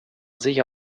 sicher